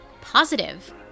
positive